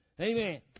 Amen